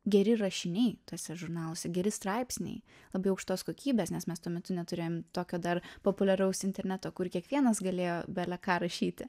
geri rašiniai tuose žurnaluose geri straipsniai labai aukštos kokybės nes mes tuo metu neturėjom tokio dar populiaraus interneto kur kiekvienas galėjo bele ką rašyti